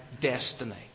destiny